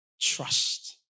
trust